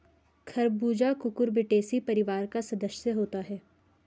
खरबूजा कुकुरबिटेसी परिवार का सदस्य होता है